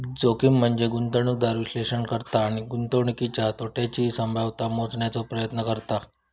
जोखीम म्हनजे गुंतवणूकदार विश्लेषण करता आणि गुंतवणुकीतल्या तोट्याची संभाव्यता मोजण्याचो प्रयत्न करतत